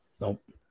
nope